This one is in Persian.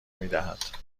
میدهد